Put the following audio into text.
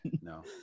no